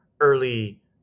early